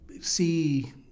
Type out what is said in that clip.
see